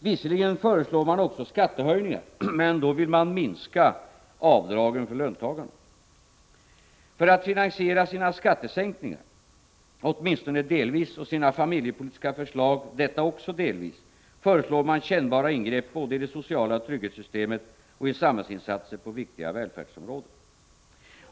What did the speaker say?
Visserligen föreslår man också skattehöjningar, bl.a. minskade avdrag för löntagare. För att finansiera sina skattesänkningar — åtminstone delvis — och sina familjepolitiska förslag — detta också delvis — föreslår man kännbara ingrepp både i det sociala trygghetssystemet och i samhällsinsatser på viktiga välfärdsområden.